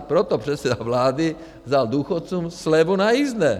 Proto předseda vlády vzal důchodcům slevu na jízdné.